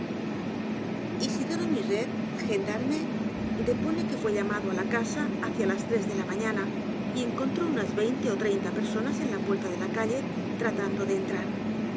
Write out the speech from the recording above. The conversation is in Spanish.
isidoro muset gendarme depone que fué llamado á la casa hacia las tres de la mañana y encontró unas veinte ó treinta personas en la puerta de la calle t r a tando de entrar